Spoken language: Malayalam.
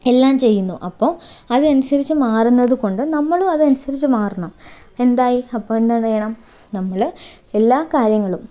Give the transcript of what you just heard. എല്ലാം ചെയ്യുന്നു അപ്പോൾ അതിനനുസരിച്ച് മാറുന്നതുകൊണ്ട് നമ്മളും അതനുസരിച്ച് മാറണം എന്തായി അപ്പോൾ എന്താണ് വേണം നമ്മൾ എല്ലാ കാര്യങ്ങളും